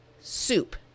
soup